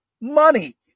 money